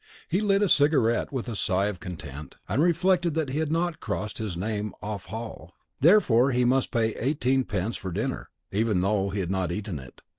he lit a cigarette with a sigh of content, and reflected that he had not crossed his name off hall. therefore he must pay eighteen pence for dinner, even though he had not eaten it.